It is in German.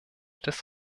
des